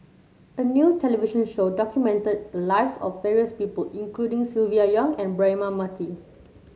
a new television show documented the lives of various people including Silvia Yong and Braema Mathi